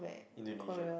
Indonesia